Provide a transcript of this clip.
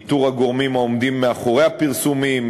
איתור הגורמים העומדים מאחורי הפרסומים,